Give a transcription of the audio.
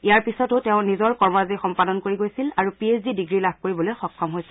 ইয়াৰ পিছতো তেওঁ নিজৰ কৰ্মৰাজীৰ সম্পাদন কৰি গৈছিল আৰু পি এইছ ডি ডিগ্ৰী লাভ কৰিবলৈ সক্ষম হৈছিল